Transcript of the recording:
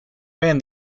ran